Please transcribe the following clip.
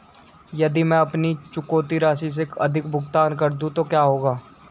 यदि मैं अपनी चुकौती राशि से अधिक भुगतान कर दूं तो क्या होगा?